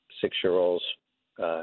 six-year-old's